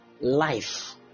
Life